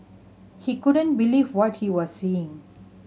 he couldn't believe what he was seeing